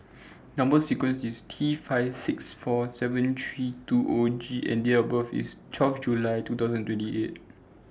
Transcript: Number sequence IS T five six four seven three two O G and Date of birth IS twelve July two thousand and twenty eight